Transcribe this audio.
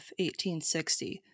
1860